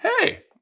hey